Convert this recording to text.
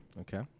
Okay